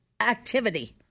activity